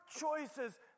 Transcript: choices